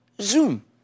Zoom